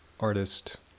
Artist